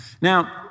Now